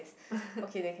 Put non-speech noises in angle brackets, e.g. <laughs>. <laughs>